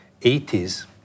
80s